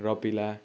रपीला